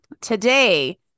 Today